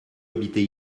habité